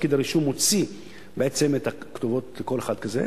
פקיד הרישום מוציא בעצם את הכתובות לכל אחד כזה,